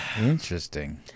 Interesting